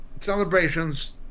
celebrations